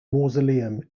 mausoleum